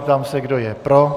Ptám se, kdo je pro.